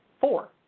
Four